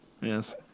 Yes